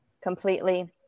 completely